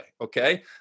okay